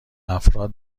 افراد